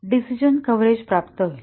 तर डिसिजणं कव्हरेज प्राप्त होते